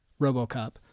RoboCop